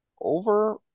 over